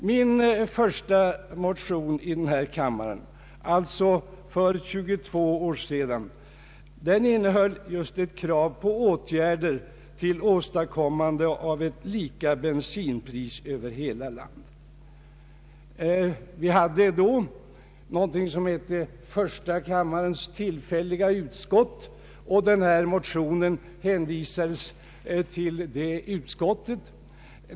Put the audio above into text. Min första motion i denna kammare — alltså för 22 år sedan — innehöll just ett krav på åtgärder till åstadkommande av samma bensinpris över hela landet. Vi hade då något som hette första kammarens tillfälliga utskott, och denna motion hänvisades dit.